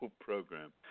program